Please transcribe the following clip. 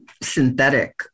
synthetic